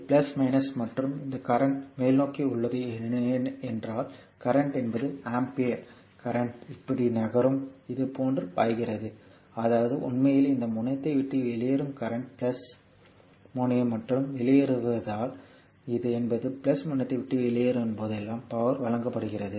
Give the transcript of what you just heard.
இது மற்றும் இந்த கரண்ட் மேல்நோக்கி உள்ளது என்றால் கரண்ட் என்பது ஒரு ஆம்பியர் கரண்ட் இப்படி நகரும் இதுபோன்று பாய்கிறது அதாவது உண்மையில் இந்த முனையத்தை விட்டு வெளியேறும் கரண்ட் முனையம் மற்றும் வெளியேறுதல் என்பது முனையத்தை விட்டு வெளியேறும் போதெல்லாம் பவர் வழங்கப்படுகிறது